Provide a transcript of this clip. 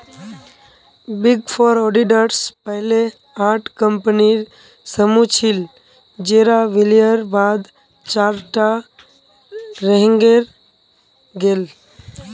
big four auditors पहले आठ कम्पनीर समूह छिल जेरा विलयर बाद चार टा रहेंग गेल